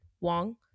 Wong